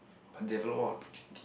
but they have a lot more opportunity